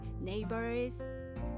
neighbors